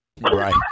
Right